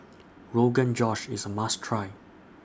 Rogan Josh IS A must Try